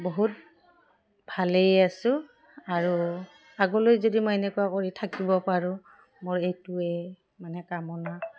বহুত ভালেই আছোঁ আৰু আগলৈ যদি মই এনেকুৱা কৰি থাকিব পাৰোঁ মোৰ এইটোৱে মানে কামনা